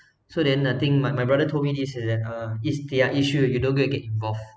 so then I think my my brother told me this is an um it's their issue you don't get get involved